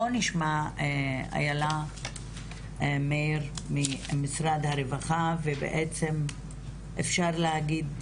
בואו נשמע את איילה מאיר ממשרד הרווחה ובעצם אפשר להגיד